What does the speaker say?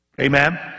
Amen